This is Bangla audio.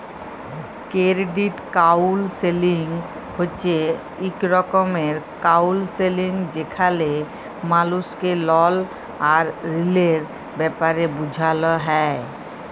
কেরডিট কাউলসেলিং হছে ইক রকমের কাউলসেলিংযেখালে মালুসকে লল আর ঋলের ব্যাপারে বুঝাল হ্যয়